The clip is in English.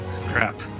Crap